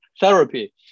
therapy